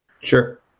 Sure